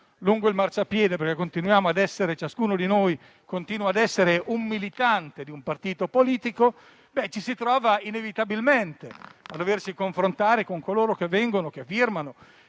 lungo il marciapiede - ciascuno di noi continua a essere militante di un partito politico - ci si trova inevitabilmente a doversi confrontare con coloro che incontriamo, che firmano